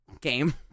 game